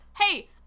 Hey